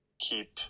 keep